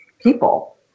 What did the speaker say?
people